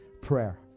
prayer